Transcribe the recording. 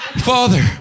Father